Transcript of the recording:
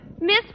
Miss